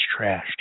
trashed